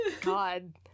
God